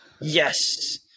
yes